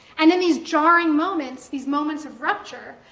and in these jarring moments, these moments of rupture,